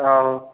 आहो